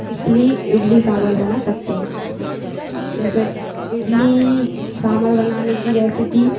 इसलिए इडली सांभर बना सकते हैं जैसे इडली सांभर बनाने की रेसिपी